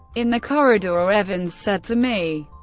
in the corridor, evans said to me,